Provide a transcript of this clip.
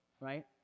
right